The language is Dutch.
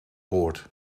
boord